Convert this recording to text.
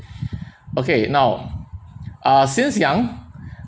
okay now ah since young